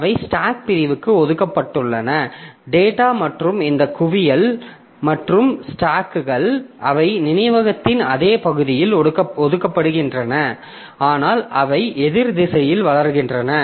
அவை ஸ்டாக் பிரிவுக்கு ஒதுக்கப்பட்டுள்ளன டேட்டா மற்றும் இந்த குவியல் மற்றும் ஸ்டாக்கள் அவை நினைவகத்தின் அதே பகுதியில் ஒதுக்கப்படுகின்றன ஆனால் அவை எதிர் திசையில் வளர்கின்றன